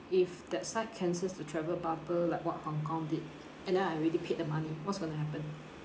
if that side cancels the travel bubble like what hong kong did and then I already paid the money what's going to happen